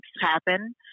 happen